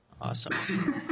Awesome